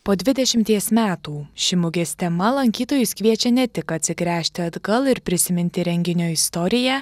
po dvidešimties metų ši mugės tema lankytojus kviečia ne tik atsigręžti atgal ir prisiminti renginio istoriją